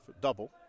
double